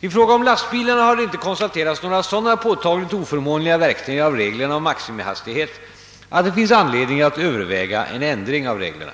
I fråga om lastbilarna har det inte konstaterats några sådana påtagligt oförmånliga verkningar av reglerna om maximihastighet att det finns anledning att överväga ändring av reglerna.